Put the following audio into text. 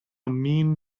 mean